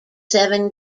seven